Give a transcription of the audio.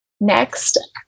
Next